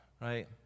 right